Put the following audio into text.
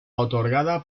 otorgada